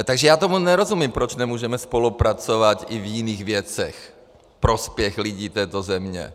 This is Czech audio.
Takže já tomu nerozumím, proč nemůžeme spolupracovat i v jiných věcech ve prospěch lidí této země.